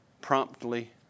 promptly